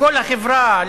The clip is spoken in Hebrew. לכל החברה,